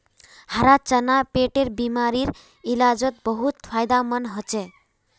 हरा चना पेटेर बिमारीर इलाजोत बहुत फायदामंद होचे